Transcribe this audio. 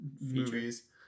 movies